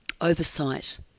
oversight